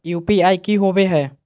UPI की होवे हय?